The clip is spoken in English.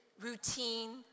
routine